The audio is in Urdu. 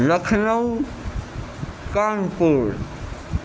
لکھنؤ کانپور